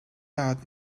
out